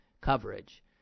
coverage